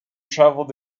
traveled